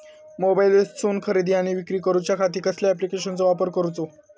मोबाईलातसून खरेदी आणि विक्री करूच्या खाती कसल्या ॲप्लिकेशनाचो वापर करूचो?